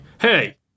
Hey